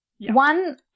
One